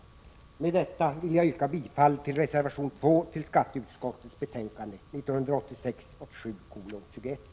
Med detta vill jag yrka bifall till reservation 2 vid skatteutskottets betänkande 1986/87:21.